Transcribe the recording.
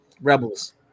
Rebels